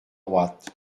droite